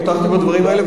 פתחתי בדברים האלה,